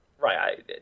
Right